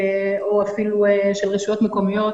או אפילו של רשויות מקומיות,